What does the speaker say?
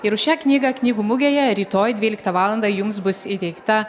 ir už šią knygą knygų mugėje rytoj dvyliktą valandą jums bus įteikta